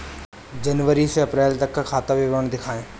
जनवरी से अप्रैल तक का खाता विवरण दिखाए?